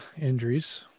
injuries